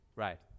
Right